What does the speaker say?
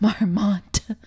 Marmont